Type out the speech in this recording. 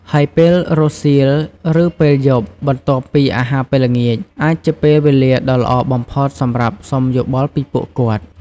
ហើយពេលរសៀល ឬពេលយប់បន្ទាប់ពីអាហារពេលល្ងាច អាចជាពេលវេលាដ៏ល្អបំផុតសម្រាប់សុំយោបល់ពីពួកគាត់។